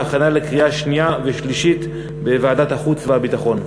והכנה לקריאה שנייה ושלישית בוועדת החוץ והביטחון.